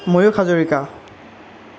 Mayukh Hazarika